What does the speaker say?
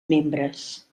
membres